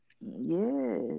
Yes